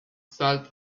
salt